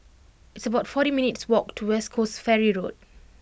it's about forty minutes' walk to West Coast Ferry Road